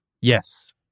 Yes